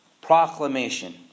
proclamation